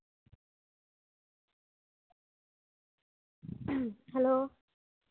hello